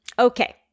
Okay